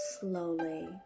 slowly